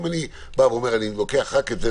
אם אני אומר: אני לוקח רק את זה,